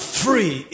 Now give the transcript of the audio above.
free